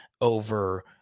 over